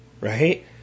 right